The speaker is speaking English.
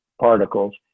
particles